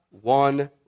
one